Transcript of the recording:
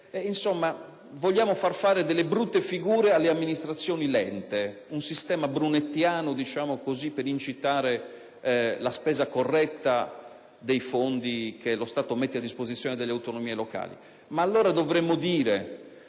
insomma, far fare delle brutte figure alle amministrazioni lente; un sistema «brunettiano» per incitare la spesa corretta dei fondi che lo Stato mette a disposizione delle autonomie locali. Ma, allora, dovremmo dire